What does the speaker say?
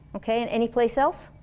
okay and any place else?